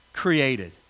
created